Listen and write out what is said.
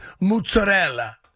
mozzarella